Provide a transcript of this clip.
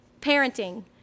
parenting